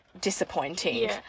disappointing